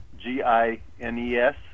G-I-N-E-S